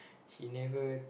he never